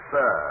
Sir